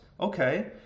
Okay